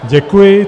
Děkuji.